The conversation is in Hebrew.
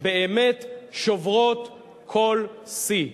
באמת שוברות כל שיא.